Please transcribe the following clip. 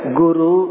guru